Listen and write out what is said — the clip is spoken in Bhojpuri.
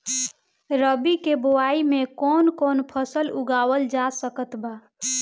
रबी के बोआई मे कौन कौन फसल उगावल जा सकत बा?